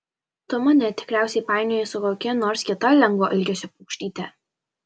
tu mane tikriausiai painioji su kokia nors kita lengvo elgesio paukštyte